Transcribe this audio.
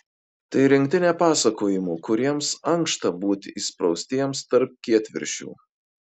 tai rinktinė pasakojimų kuriems ankšta būti įspraustiems tarp kietviršių